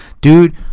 Dude